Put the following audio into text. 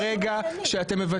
שברגע שאתם,